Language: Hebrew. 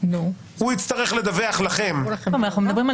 הוא יצטרך לדווח לכם --- אנחנו מדברים על